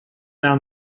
down